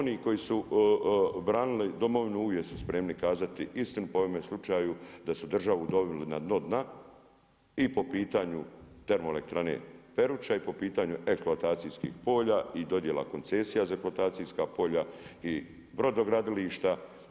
Oni koji su branili Domovinu uvijek su spremni kazati istinu pa u ovome slučaju da su državu doveli na dno dna i po pitanju termoelektrane Peruča i po pitanju eksploatacijskih polja i dodjela koncesija za eksploatacijska polja i brodogradilišta.